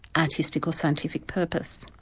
artistic or scientific purpose.